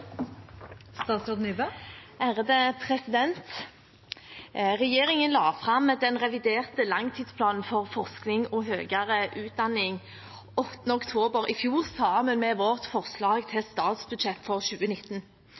Regjeringen la fram den reviderte langtidsplanen for forskning og høyere utdanning 8. oktober i fjor, sammen med vårt forslag til statsbudsjett for 2019.